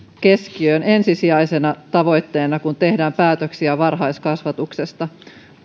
keskiöön ensisijaisena tavoitteena kun tehdään päätöksiä varhaiskasvatuksesta